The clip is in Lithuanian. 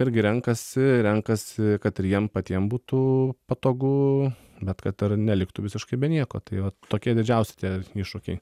irgi renkasi renkasi kad ir jiem patiem būtų patogu bet kad ir neliktų visiškai be nieko tai va tokie didžiausi tie iššūkiai